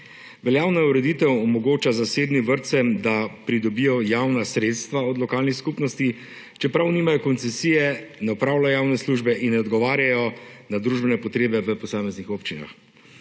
Veljavna ureditev omogoča zasebnim vrtcem, da pridobijo javna sredstva od lokalnih skupnosti, čeprav nimajo koncesije, ne opravljajo javne službe in ne odgovarjajo na družbene potrebe v posameznih občinah.